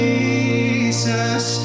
Jesus